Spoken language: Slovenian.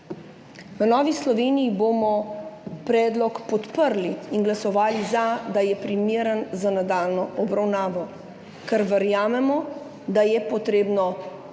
V Novi Sloveniji bomo predlog podprli in glasovali za, da je primeren za nadaljnjo obravnavo, ker verjamemo, da je potrebno reševati